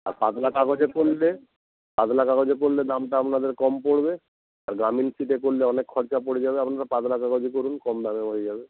আর পাদলা কাগজে করলে পাতলা কাগজে করলে দামটা আপনাদের কম পড়বে আর গ্রামীণ শিটে করলে অনেক খরচা পড়ে যাবে আপনারা পাতলা কাগজে করুন কম দামে হয়ে যাবে